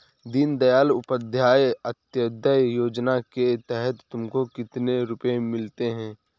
दीन दयाल उपाध्याय अंत्योदया योजना के तहत तुमको कितने रुपये मिलते हैं